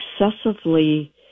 excessively